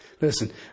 Listen